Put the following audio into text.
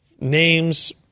Names